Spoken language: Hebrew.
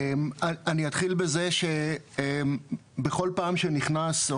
אני אתחיל בזה שבכל פעם שנכנס או